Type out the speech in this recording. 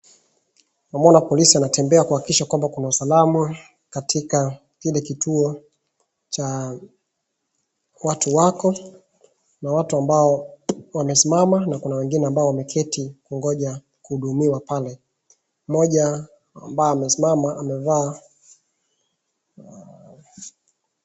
Tunamuona polisi anatembea kuhakikisha kuna usalama katika kile kituo cha watu wako. Kuna watu wambao wamesimama na kuna wengine wameketi kungoja kuhudumiwa pale. Mmoja ambaye amesimama amevaa.